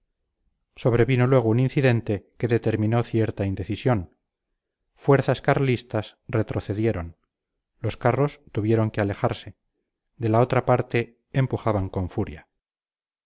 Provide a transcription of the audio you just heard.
sobrevino luego un incidente que determinó cierta indecisión fuerzas carlistas retrocedieron los carros tuvieron que alejarse de la otra parte empujaban con furia